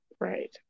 right